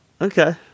Okay